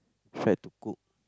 tried to cook